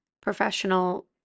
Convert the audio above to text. professional